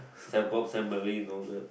Sembcorp Sembmarine all that